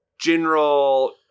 general